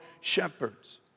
shepherds